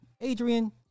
Adrian